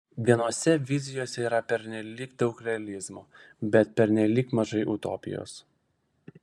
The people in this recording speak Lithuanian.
vienose vizijose yra pernelyg daug realizmo bet pernelyg mažai utopijos